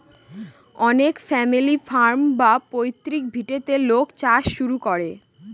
অনেক family farm বা পৈতৃক ভিটেতে লোক চাষ শুরু করে